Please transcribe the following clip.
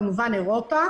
אירופה